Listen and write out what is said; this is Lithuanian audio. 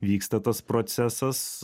vyksta tas procesas